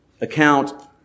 account